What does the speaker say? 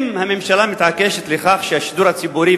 אם הממשלה מתעקשת על כך שהשידור הציבורי,